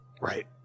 Right